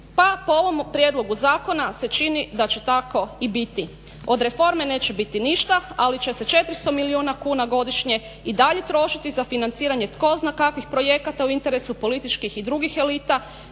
Pa po ovom prijedlogu zakona se čini da će tako i biti. Od reforme neće biti ništa, ali će se 400 milijuna kuna godišnje i dalje trošiti za financiranje tko zna kakvih projekata u interesu političkih i drugih elita.